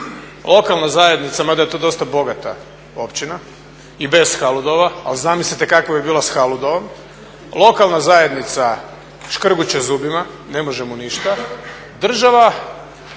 Lokalna zajednica, mada je to dosta bogata općina i bez Haludova. Ali zamislite kakva bi bila sa Haludovom. Lokalna zajednica škrguće zubima, ne može mu ništa. Država